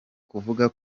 kuvuga